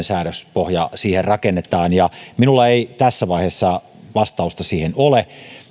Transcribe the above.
säädöspohja siihen rakennetaan minulla ei tässä vaiheessa vastausta siihen ole